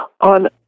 On